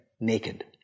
naked